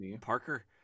parker